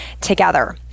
together